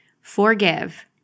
forgive